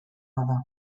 bada